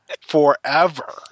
forever